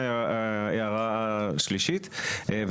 להסתכל במועצה הארצית על מובנים שונים.